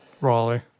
Raleigh